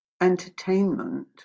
entertainment